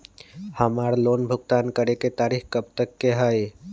हमार लोन भुगतान करे के तारीख कब तक के हई?